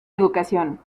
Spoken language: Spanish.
educación